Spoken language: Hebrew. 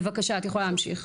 בבקשה, את יכולה להמשיך.